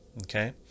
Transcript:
Okay